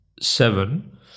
seven